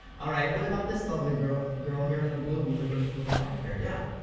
all right, what about this lovely girl girl here in the blue with the with the dark hair? yeah?